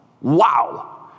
Wow